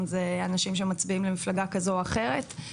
זה אנשים שמצביעים למפלגה כזו או אחרת,